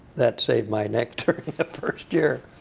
that saved my neck during the first year.